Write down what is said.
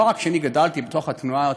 אני לא רק גדלתי בתוך התנועות